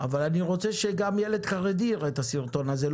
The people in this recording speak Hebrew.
אבל אני רוצה שגם ילד חרדי יראה את הסרטון הזה,